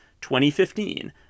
2015